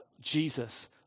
Jesus